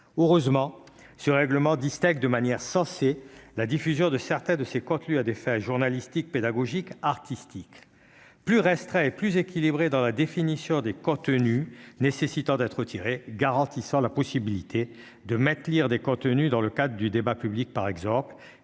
heureusement ce règlement distincte de manière sensée la diffusion de certains de ses conclut à des fins journalistiques pédagogique artistique plus resterait plus équilibrée dans la définition des contenus nécessitant d'être retirés garantissant la possibilité de mettre lire des contenus dans le cadre du débat public, par exemple,